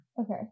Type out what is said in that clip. Okay